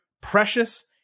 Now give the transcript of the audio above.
precious